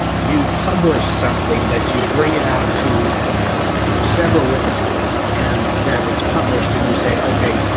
you publish something that you bring it out to several witnesses and that it's published and you say, okay,